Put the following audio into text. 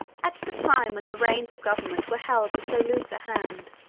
at the time when the reins of government were held with so loose a hand,